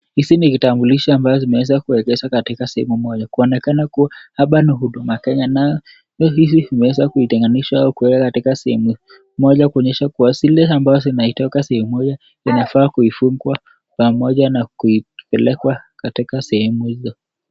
Hizi ni vitambulisho ambazo zimeweza kurejeshwa katika siku moja, kuonekana kuwa hapa ni huduma Kenya, na hizi zimeweza kutengenganishwa katika sehemu moja kuonyesha kuwa zileambazo zinatoka sehemu moja zinafaa kuifungwa pamoja na kupelekwa katika sehemu hiyo.